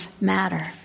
matter